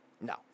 No